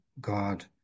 God